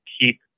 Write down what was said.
keep